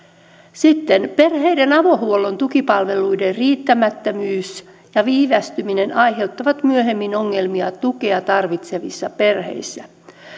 sitten perheiden avohuollon tukipalveluiden riittämättömyys ja viivästyminen aiheuttaa myöhemmin ongelmia tukea tarvitsevissa perheissä